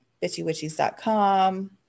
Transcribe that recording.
bitchywitchies.com